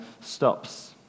stops